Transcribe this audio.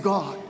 God